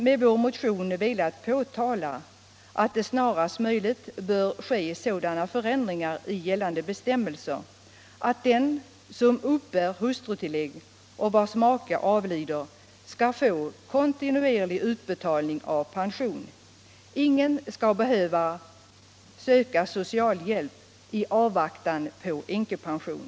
Med vår motion har vi velat peka på att det snarast möjligt bör göras en sådan förändring i gällande bestämmelser att den som uppbär hustrutillägg och vars make avlider skall få kontinuerlig utbetalning av pension. Ingen skall behöva söka socialhjälp i avvaktan på änkepension.